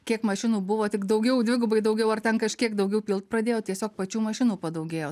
kiek mašinų buvo tik daugiau dvigubai daugiau ar ten kažkiek daugiau pilt pradėjo tiesiog pačių mašinų padaugėjo